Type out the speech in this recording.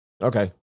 okay